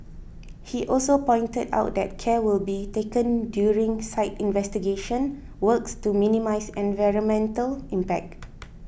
he also pointed out that care will be taken during site investigation works to minimise environmental impact